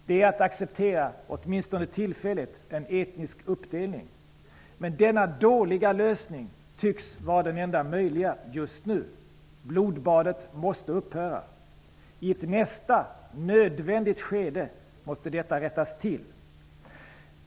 Det är som att acceptera, åtminstone tillfälligt, en etnisk uppdelning. Men denna dåliga lösning tycks vara den enda möjliga just nu. Blodbadet måste upphöra. I ett nästa, nödvändigt skede måste detta rättas till.